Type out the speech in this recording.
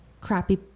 crappy